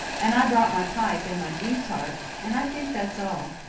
and i brought my pipe and my jew's-harp, and i think that's all.